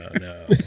no